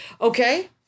Okay